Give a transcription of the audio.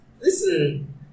Listen